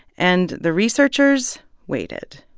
and the researchers waited.